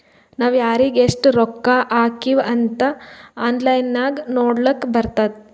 ನಾವ್ ಯಾರಿಗ್ ಎಷ್ಟ ರೊಕ್ಕಾ ಹಾಕಿವ್ ಅಂತ್ ಆನ್ಲೈನ್ ನಾಗ್ ನೋಡ್ಲಕ್ ಬರ್ತುದ್